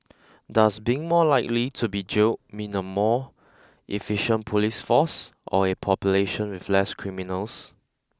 does being more likely to be jailed mean a more efficient police force or a population with less criminals